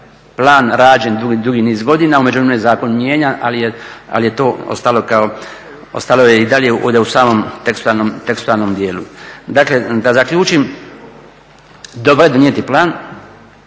plan rađen dugi niz godina, u međuvremenu je zakon mijenjan, ali je to ostalo kao, ostalo je i dalje ovdje u samom tekstualnom dijelu. Dakle, da zaključim, dobro je donijeti plan.